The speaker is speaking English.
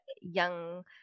young